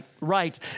right